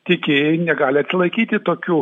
tiekėjai negali atsilaikyti tokių